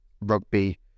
rugby